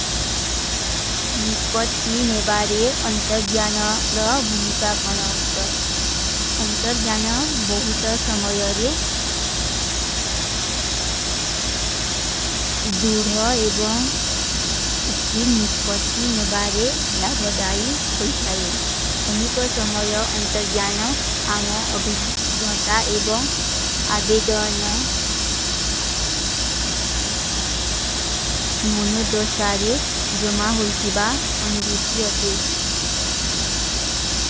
ନିଷ୍ପତ୍ତୀ ନେ ବାରେ ଅଂତରଜ୍ଞାନ ଔର ଭୁମିକା କରନା ହୋତା ହୈ। ଅଂତରଜ୍ଞାନ ବହୁତ ସମଯରେ ଦୁରୁଧା ଏବଂ ଉଚ୍ଛୀ ନିଷ୍ପତ୍ତୀ ନେ ବାରେ ଲାଭଧାଈ ହୋତା ହୈ। ନିଷ୍ପତ୍ତୀ ନେ ବାରେ ଅଂତରଜ୍ଞାନ ଔର ଭୁମିକା କରନା ହୋତା ହୈ।